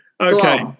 Okay